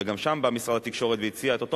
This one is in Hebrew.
גם שם בא משרד התקשורת והציע את אותו